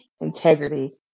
integrity